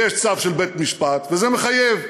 יש צו של בית-משפט וזה מחייב.